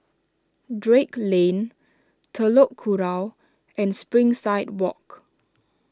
Drake Lane Telok Kurau and Springside Walk